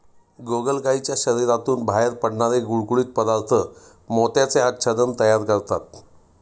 गोगलगायीच्या शरीरातून बाहेर पडणारे गुळगुळीत पदार्थ मोत्याचे आच्छादन तयार करतात